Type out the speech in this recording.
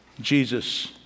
Jesus